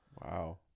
wow